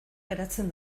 geratzen